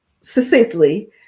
succinctly